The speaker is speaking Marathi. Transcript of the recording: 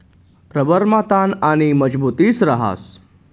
रबरमा ताण आणि मजबुती रहास